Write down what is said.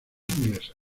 inglesas